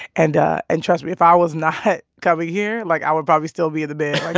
and and trust me. if i was not coming here, like, i would probably still be in the bed, like